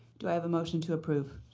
do i have a motion to approve?